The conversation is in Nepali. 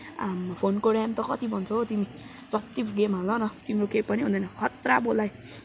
आमा फोनको रेम त कति भन्छौँ हो तिमी जति गेम हाल न तिम्रो केही पनि हुँदैन खत्रा बोलाइ